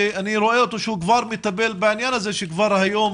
ואני רואה שהוא כבר מטפל בעניין הזה שכבר היום